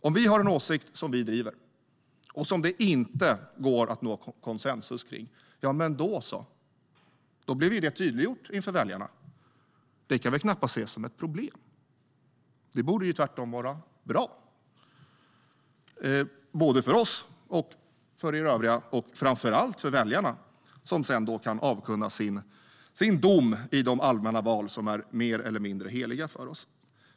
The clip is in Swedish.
Om vi driver en åsikt som det inte går att nå konsensus om - men då så, då blir det tydliggjort inför väljarna. Det kan väl knappast ses som ett problem. Det borde tvärtom vara bra både för oss, för övriga och framför allt för väljarna, som sedan kan avkunna sin dom i de allmänna val som är mer eller mindre heliga för oss.